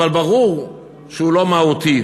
ברור שהוא לא מהותי.